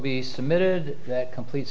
be submitted that complete